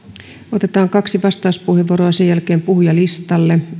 otetaan kaksi vastauspuheenvuoroa sen jälkeen puhujalistalle